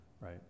Right